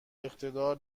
اقتدار